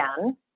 again